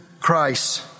Christ